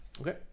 Okay